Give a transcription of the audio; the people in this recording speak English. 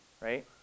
right